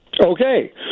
Okay